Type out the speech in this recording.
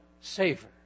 savor